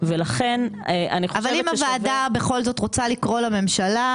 ולכן אני חושבת --- אבל אם הוועדה בכל זאת רוצה לקרוא לממשלה,